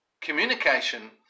communication